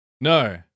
No